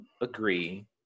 agree